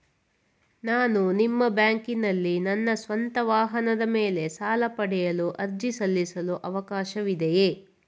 ನಾನು ನಿಮ್ಮ ಬ್ಯಾಂಕಿನಲ್ಲಿ ನನ್ನ ಸ್ವಂತ ವಾಹನದ ಮೇಲೆ ಸಾಲ ಪಡೆಯಲು ಅರ್ಜಿ ಸಲ್ಲಿಸಲು ಅವಕಾಶವಿದೆಯೇ?